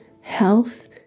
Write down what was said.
health